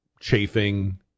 chafing